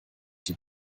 die